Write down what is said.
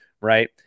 Right